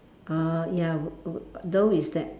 uh ya though is that